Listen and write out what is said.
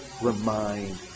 remind